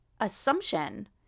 assumption